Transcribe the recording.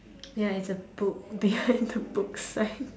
ya it's a book behind the book sign